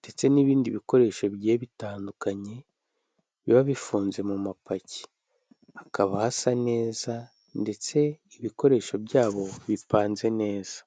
ndetse n'ibindi bikoresho bigiye bitandukanye biba bifunze mu mapaki. Hakaba hasa neza ndetse ibikoresho byabo bipanze neza.